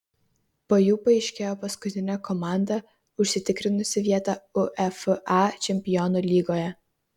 po jų paaiškėjo paskutinė komanda užsitikrinusi vietą uefa čempionų lygoje